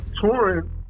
touring